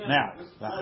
Now